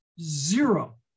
zero